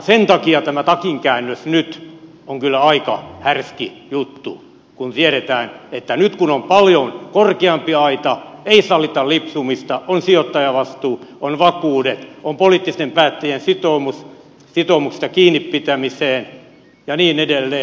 sen takia tämä takinkäännös nyt on kyllä aika härski juttu kun tiedetään että nyt kun on paljon korkeampi aita ei sallita lipsumista on sijoittajavastuu on vakuudet on poliittisten päättäjien sitoumus sitoumuksista kiinnipitämiseen ja niin edelleen